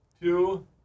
two